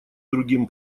другим